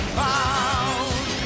found